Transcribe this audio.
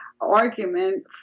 argument